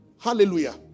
Hallelujah